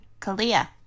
Kalia